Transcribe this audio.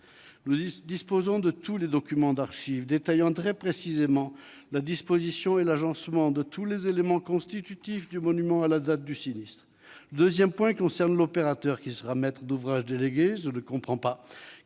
Nous disposons de l'ensemble des documents d'archives détaillant très précisément la disposition et l'agencement de tous les éléments constitutifs du monument à la date du sinistre. Le deuxième point concerne l'opérateur qui sera maître d'ouvrage délégué. Je ne comprends pas